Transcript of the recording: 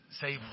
say